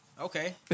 okay